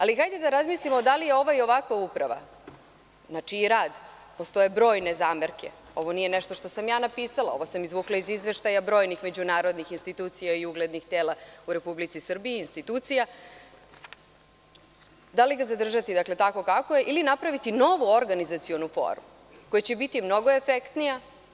Ali, hajde da razmislimo da li ova i ovakva Uprava, znači njen rad, na koji postoje brojne zamerke, ovo nije nešto što sam ja napisala, ovo sam izvukla iz izveštaja brojnih međunarodnih institucija i uglednih tela i institucija u Republici Srbiji, da li ga zadržati tako kako je ili napraviti novu organizacionu formu, koja će biti mnogo efektnija?